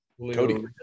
Cody